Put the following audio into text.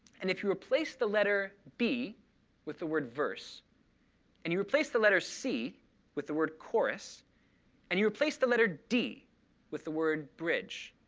and if you replace the letter b with the word verse and you replace the letter c with the word chorus and you place the letter d with the word bridge,